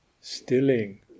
stilling